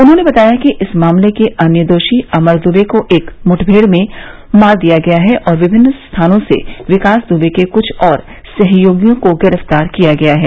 उन्होंने बताया कि इस मामले के अन्य दोषी अमर दुबे को एक मुठमेड़ में मार दिया गया है और विभिन्न स्थानों से विकास दुबे के कुछ और सहयोगियों को गिरफ्तार किया गया है